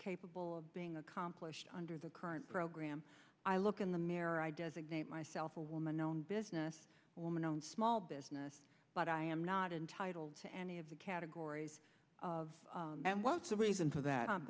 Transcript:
capable of being accomplished under the current program i look in the mirror i designate myself a woman own business woman and small business but i am not entitled to any of the categories of what's the reason for that i